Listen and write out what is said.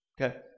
okay